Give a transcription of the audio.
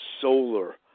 solar